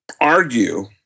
argue